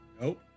Nope